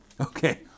Okay